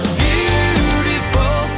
beautiful